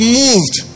moved